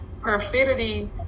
perfidy